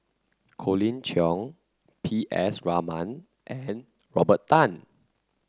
Colin Cheong P S Raman and Robert Tan